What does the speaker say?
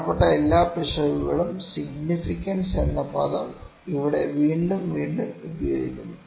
പ്രധാനപ്പെട്ട എല്ലാ പിശകുകളും സിഗ്നിഫിക്കൻസ് എന്ന പദം ഇവിടെ വീണ്ടും വീണ്ടും ഉപയോഗിക്കുന്നു